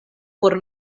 por